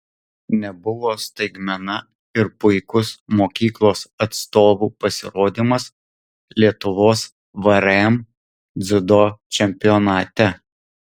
nebuvo staigmena ir puikus mokyklos atstovų pasirodymas lietuvos vrm dziudo čempionate